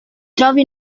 trovi